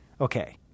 Okay